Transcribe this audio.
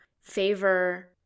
favor